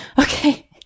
Okay